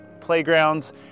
playgrounds